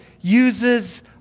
uses